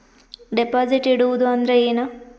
Deposit ಇಡುವುದು ಅಂದ್ರ ಏನ?